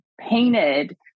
painted